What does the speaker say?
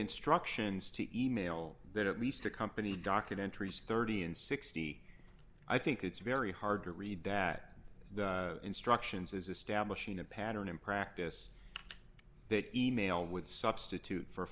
instructions to e mail that at least a company documentaries thirty and sixty i think it's very hard to read that the instructions is establishing a pattern in practice that e mail would substitute for